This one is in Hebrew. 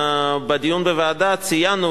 בדיון בוועדה ציינו,